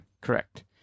Correct